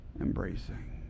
embracing